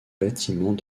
bâtiment